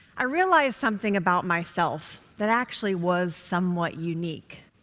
i realized something about myself that actually was somewhat unique,